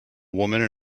woman